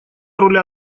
руля